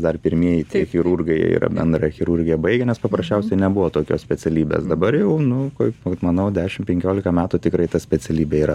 dar pirmieji chirurgai yra bendrąją chirurgiją baigę nes paprasčiausiai nebuvo tokios specialybės dabar jau nu kaip manau dešimt penkiolika metų tikrai ta specialybė yra